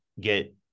get